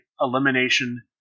elimination